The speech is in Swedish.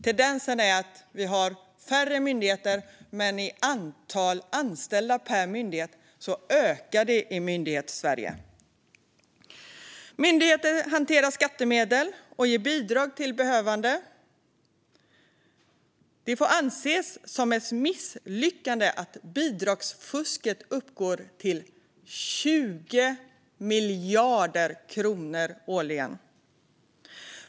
Tendensen är att vi har färre myndigheter men att antalet anställda per myndighet ökar i Myndighetssverige. Myndigheter hanterar skattemedel och ger bidrag till behövande. Det får anses som ett misslyckande att bidragsfusket uppgår till 20 miljarder kronor årligen.